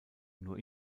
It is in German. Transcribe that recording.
nur